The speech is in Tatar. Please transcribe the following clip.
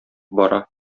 бара